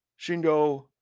Shingo